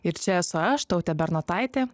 ir čia esu aš tautė bernotaitė